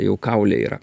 jau kaule yra